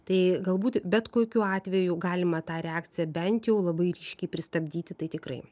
tai galbūt bet kokiu atveju galima tą reakciją bent jau labai ryškiai pristabdyti tai tikrai